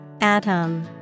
Atom